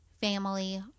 family